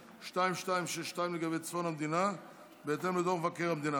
2262 לגבי צפון המדינה בהתאם לדוח מבקר המדינה,